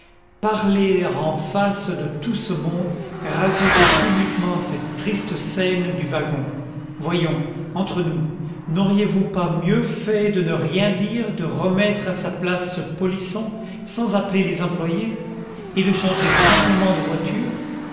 parler en face de tout ce monde raconter publiquement cette triste scène du wagon voyons entre nous n'auriez-vous pas mieux fait de ne rien dire de remettre à sa place ce polisson sans appeler les employés et de changer simplement de voiture